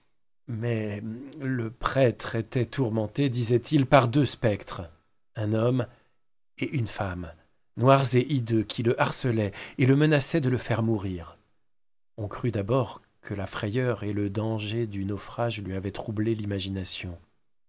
mais le prêtre était tourmenté disait-il par deux spectres un homme et une femme noirs et hideux qui le harcelaient et le menaçaient de le faire mourir on crut d'abord que la frayeur et le danger du naufrage lui avait troublé l'imagination